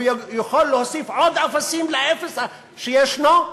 הוא יכול להוסיף עוד אפסים לאפס שישנו?